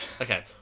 Okay